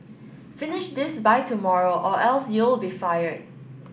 finish this by tomorrow or else you'll be fired